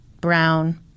Brown